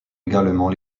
également